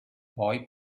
poi